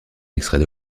extrait